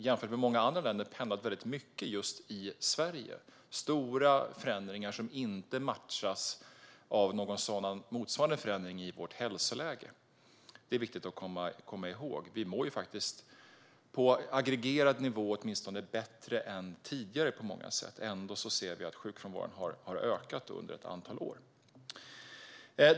Jämfört med många andra länder har den pendlat mycket just i Sverige. Det har varit stora förändringar som inte matchas av någon motsvarande förändring i vårt hälsoläge. Detta är viktigt att komma ihåg. På aggregerad nivå mår vi åtminstone bättre än tidigare på många sätt, men ändå har sjukfrånvaron ökat under ett antal år.